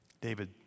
David